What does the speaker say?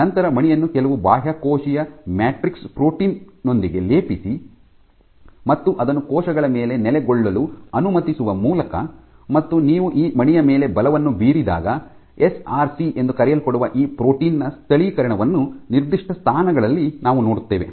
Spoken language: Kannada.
ನಂತರ ಮಣಿಯನ್ನು ಕೆಲವು ಬಾಹ್ಯಕೋಶೀಯ ಮ್ಯಾಟ್ರಿಕ್ಸ್ ಪ್ರೋಟೀನ್ ನೊಂದಿಗೆ ಲೇಪಿಸಿ ಮತ್ತು ಅದನ್ನು ಕೋಶಗಳ ಮೇಲೆ ನೆಲೆಗೊಳ್ಳಲು ಅನುಮತಿಸುವ ಮೂಲಕ ಮತ್ತು ನೀವು ಈ ಮಣಿಯ ಮೇಲೆ ಬಲವನ್ನು ಬೀರಿದಾಗ ಎಸ್ಆರ್ಸಿ ಎಂದು ಕರೆಯಲ್ಪಡುವ ಈ ಪ್ರೋಟೀನ್ ನ ಸ್ಥಳೀಕರಣವನ್ನು ನಿರ್ದಿಷ್ಟ ಸ್ಥಾನಗಳಲ್ಲಿ ನಾವು ನೋಡುತ್ತೇವೆ